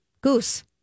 Goose